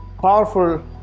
powerful